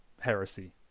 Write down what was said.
heresy